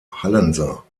hallenser